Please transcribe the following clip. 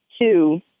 two